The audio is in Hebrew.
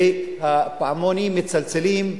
והפעמונים מצלצלים,